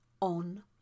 on